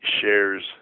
shares